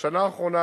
בשנה האחרונה,